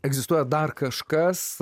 egzistuoja dar kažkas